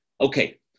Okay